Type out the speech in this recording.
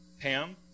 Pam